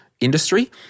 industry